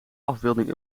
afbeelding